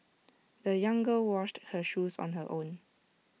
the young girl washed her shoes on her own